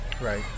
Right